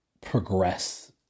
progress